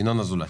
יואב קיש,